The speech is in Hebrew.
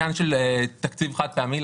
אבני דרך, נחתם חוזה מול